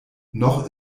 noch